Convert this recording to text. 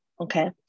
Okay